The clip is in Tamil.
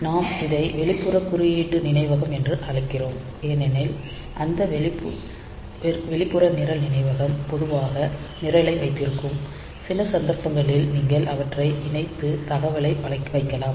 நாம் இதை வெளிப்புற குறியீடு நினைவகம் என்றும் அழைக்கிறோம் ஏனெனில் இந்த வெளிப்புற நிரல் நினைவகம் பொதுவாக நிரலை வைத்திருக்கிறது சில சந்தர்ப்பங்களில் நீங்கள் அவற்றை இணைத்து தகவலை வைக்கலாம்